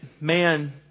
man